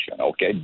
okay